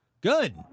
Good